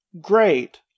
great